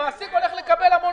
למה אין?